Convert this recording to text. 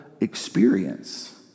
experience